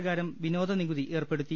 പ്രകാരം വിനോദ നികുതി ഏർപ്പെടു ത്തി